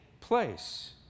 place